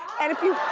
and if you,